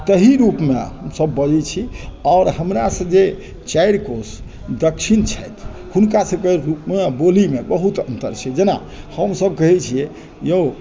ताहि रूप मे हमसब बजै छी आओर हमरा सँ जे चारि कोश दक्षिण छथि हुनका सबके रूप मे आ बोली मे बहुत अन्तर छै जेना हमसब कहै छियै यौ